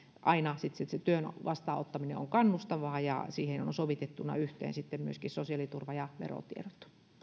aina työn vastaanottaminen on kannustavaa ja siihen ovat sovitettuina yhteen sitten myöskin sosiaaliturva ja verotiedot